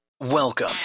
Welcome